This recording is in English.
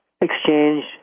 exchange